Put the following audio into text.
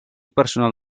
personal